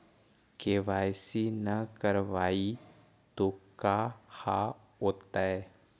KYC न करवाई तो का हाओतै?